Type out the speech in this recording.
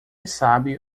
sabe